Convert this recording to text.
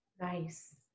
nice